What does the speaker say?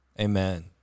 Amen